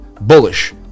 bullish